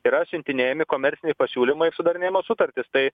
yra siuntinėjami komerciniai pasiūlymai ir sudarinėjamos sutartys tai